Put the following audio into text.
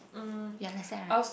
you understand right